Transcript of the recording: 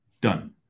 done